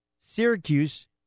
Syracuse